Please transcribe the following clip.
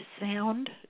sound